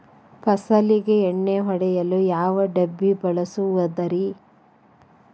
ಫಸಲಿಗೆ ಎಣ್ಣೆ ಹೊಡೆಯಲು ಯಾವ ಡಬ್ಬಿ ಬಳಸುವುದರಿ?